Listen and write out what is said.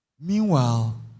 Meanwhile